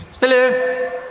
hello